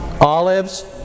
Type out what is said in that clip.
olives